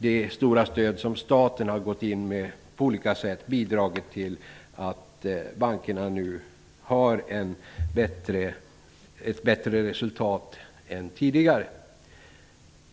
Det stora stöd som staten har gått in med på olika sätt har naturligtvis också bidragit till att bankerna visar ett bättre resultat än tidigare.